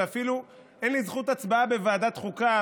ואפילו אין לי זכות הצבעה בוועדת החוקה,